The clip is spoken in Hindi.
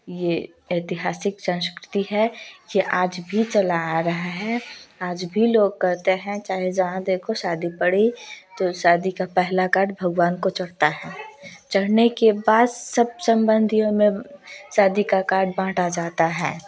ये ऐतिहासिक संस्कृति है ये आज भी चला आ रहा है आज भी लोग कहते हैं चाहे ज़हाँ देखो शादी पड़ी तो शादी का पहला कार्ड भगवान को चढ़ता है चढ़ने के बाद सब संबंधियों में शादी का कार्ड बाँटा जाता है